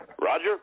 Roger